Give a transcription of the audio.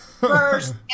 First